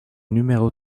numéro